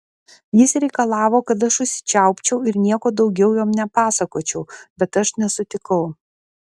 jis reikalavo kad aš užsičiaupčiau ir nieko daugiau jam nepasakočiau bet aš nesutikau